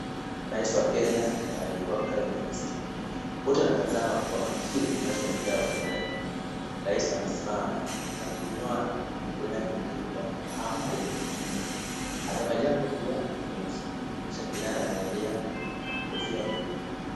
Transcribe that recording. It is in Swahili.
Rais wa Kenya na aliyekuwa prime minister . Wote wanatazama kwa makini kinachoendelea uwanjani. Rais amesimama na kuinua mikono yake juu kwa hamko mno. Amevalia kofia nyeusi kisha kinara amevalia kofia nyeupe.